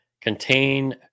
contain